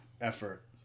effort